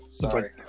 sorry